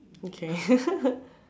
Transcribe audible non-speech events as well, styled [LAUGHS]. okay [LAUGHS]